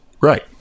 Right